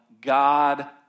God